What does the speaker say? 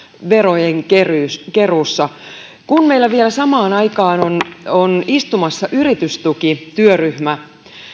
verojen keruussa keruussa kun meillä vielä samaan aikaan on on istumassa yritystukityöryhmä